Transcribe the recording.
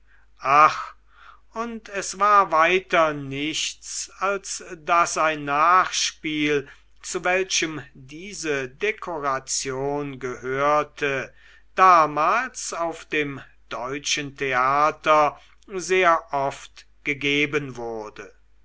und es war weiter nichts als daß ein nachspiel zu welchem diese dekoration gehörte damals auf dem deutschen theater sehr oft gegeben wurde